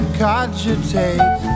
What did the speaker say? cogitate